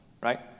right